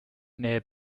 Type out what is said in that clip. near